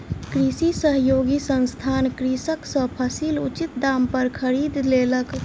कृषि सहयोगी संस्थान कृषक सॅ फसील उचित दाम पर खरीद लेलक